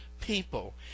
people